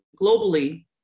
globally